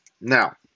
Now